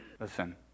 Listen